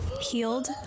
healed